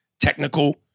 technical